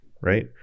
Right